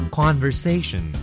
conversation